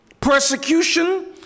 persecution